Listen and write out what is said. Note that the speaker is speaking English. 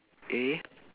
eh